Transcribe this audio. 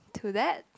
to that